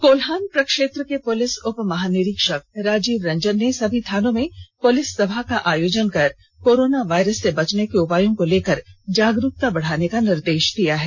कोल्हान प्रक्षेत्र के पुलिस उप महानिरिक्षक राजीव रंजन ने सभी थानों में पुलिस सभा का आयोजन कर कोरोना वायरसे से बचने के उपायों को लेकर जागरूकता बढ़ाने का निर्देष दिया है